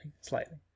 slightly